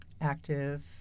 active